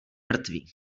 mrtvý